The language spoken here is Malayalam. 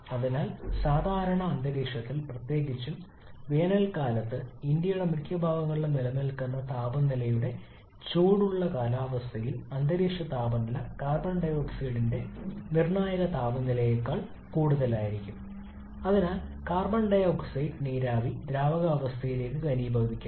അതിനാൽ സാധാരണ അന്തരീക്ഷത്തിൽ പ്രത്യേകിച്ചും വേനൽക്കാലത്ത് ഇന്ത്യയുടെ മിക്ക ഭാഗങ്ങളിലും നിലനിൽക്കുന്ന താപനിലയുടെ ചൂടുള്ള കാലാവസ്ഥയിൽ അന്തരീക്ഷ താപനില കാർബൺ ഡൈ ഓക്സൈഡിന്റെ നിർണായക താപനിലയേക്കാൾ കൂടുതലായിരിക്കാം അതിനാൽ കാർബൺ ഡൈ ഓക്സൈഡ് നീരാവി ദ്രാവകാവസ്ഥയിലേക്ക് ഘനീഭവിപ്പിക്കാം